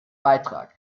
beitrag